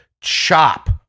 chop